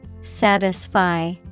Satisfy